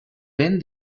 ben